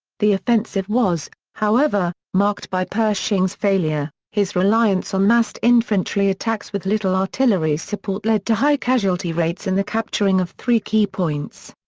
the offensive was, however, marked by pershing's failure his reliance on massed infantry attacks with little artillery support led to high casualty rates in the capturing of three key points.